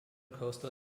coastal